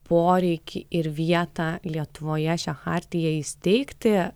poreikį ir vietą lietuvoje šią chartiją įsteigti